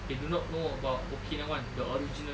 they do not know about okinawan the original one